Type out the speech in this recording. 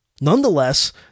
Nonetheless